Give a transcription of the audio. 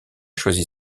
choisi